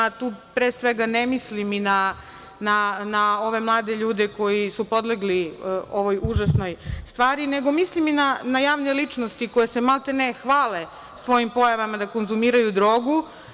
Tu pre svega ne mislim ni na ove mlade ljude koji su podlegli ovoj užasnoj stvari, nego mislim i na javne ličnosti koje se malte ne hvale svojim pojavama da konzumiraju drogu.